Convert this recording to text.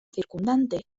circundante